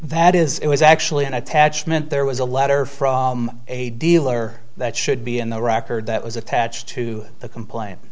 that is it was actually an attachment there was a letter from a dealer that should be in the record that was attached to the complaint